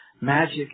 magic